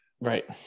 right